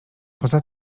poza